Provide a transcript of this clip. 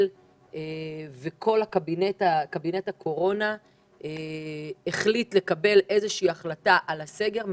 וכל קבינט הקורונה קיבלו החלטה על הסגר,